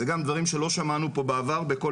אלה גם דברים שלא שמענו פה בעבר בכל